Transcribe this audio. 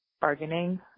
bargaining